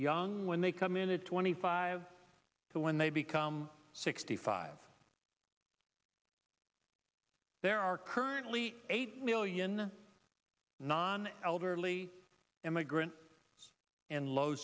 young when they come in at twenty five to when they become sixty five there are currently eight million non elderly immigrants and low